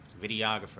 Videographer